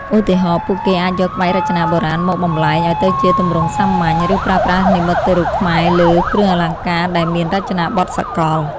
ឧទាហរណ៍ ពួកគេអាចយកក្បាច់រចនាបុរាណមកបំប្លែងឱ្យទៅជាទម្រង់សាមញ្ញ ឬប្រើប្រាស់និមិត្តរូបខ្មែរលើគ្រឿងអលង្ការដែលមានរចនាបថសកល។